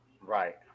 right